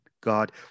God